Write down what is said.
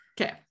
Okay